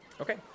okay